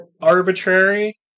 arbitrary